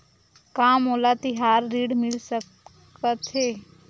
का मोला तिहार ऋण मिल सकथे?